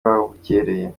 babukereye